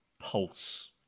pulse